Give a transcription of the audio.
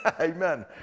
Amen